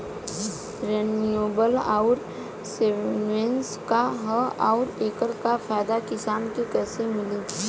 Renewable आउर subvention का ह आउर एकर फायदा किसान के कइसे मिली?